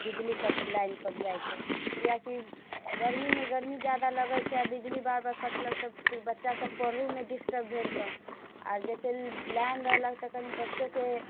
बिजली कटि लाइन कटि जाइत छै कियाकि गर्मीमे गर्मी ज्यादा लगैत छै बिजली बार बार कटलक तऽ फिर बच्चासभ पढ़हुमे डिस्टर्ब भेलखिन आ जाहिसँ लाइन रहलक तऽ बच्चोके